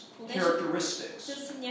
characteristics